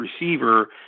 receiver